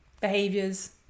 behaviors